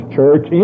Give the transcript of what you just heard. Church